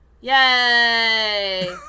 Yay